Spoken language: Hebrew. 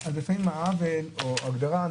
אז לפעמים העוול או ההגדרה,